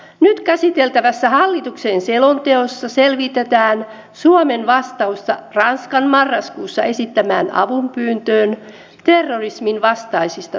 nyt käsiteltävässä hallituksen selonteossa selvitetään suomen vastausta ranskan marraskuussa esittämään avunpyyntöön terrorismin vastaisista toimista